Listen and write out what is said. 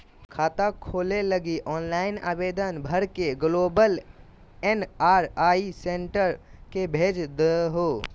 खाता खोले लगी ऑनलाइन आवेदन भर के ग्लोबल एन.आर.आई सेंटर के भेज देहो